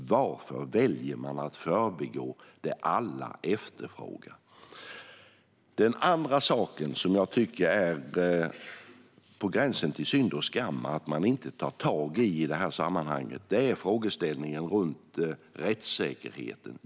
Varför väljer man att förbigå det som alla efterfrågar? Den andra saken som jag tycker är på gränsen till synd och skam är att man i det här sammanhanget inte tar tag i frågeställningen om rättssäkerheten.